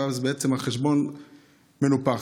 ובעצם החשבון מנופח.